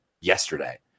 yesterday